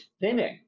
thinning